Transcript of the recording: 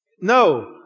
No